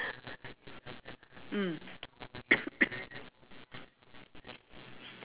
mm